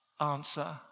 Answer